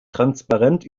transparent